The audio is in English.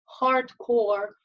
hardcore